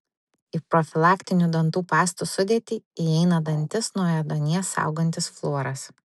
į profilaktinių dantų pastų sudėtį įeina dantis nuo ėduonies saugantis fluoras